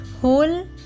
whole